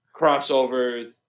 crossovers